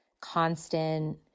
constant